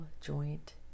joint